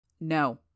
No